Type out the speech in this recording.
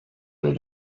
had